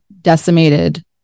decimated